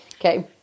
Okay